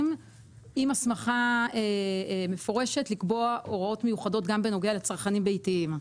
עם הסמכה מפורשת לקבוע הוראות מיוחדות גם בנוגע לצרכנים ביתיים.